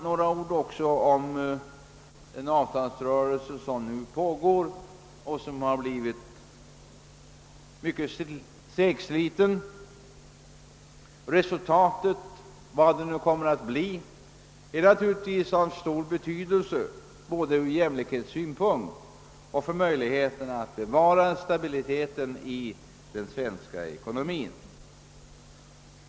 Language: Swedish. Några ord också om den avtalsrörelse som nu pågår och som har blivit mycket segsliten. Resultatet — vad det nu kommer att bli — är naturligtvis av stor be tydelse både från jämlikhetssynpunkt och för möjligheterna att bevara stabiliteten i den svenska ekonomin.